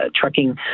trucking